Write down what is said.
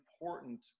important